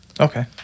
Okay